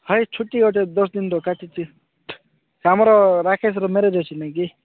ହଇ ଛୁଟି ଅଛେ ଦଶ ଦିନ୍ ତ କାଟିଛି ସେ ଆମର ରାକେଶର ମ୍ୟାରେଜ୍ ଅଛି ନାଇଁ କି